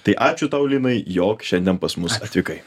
tai ačiū tau linai jog šiandien pas mus atvykai